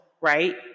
right